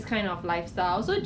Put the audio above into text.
but 不是 three ply